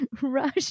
rush